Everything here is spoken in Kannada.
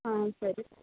ಹಾಂ ಸರಿ